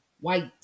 white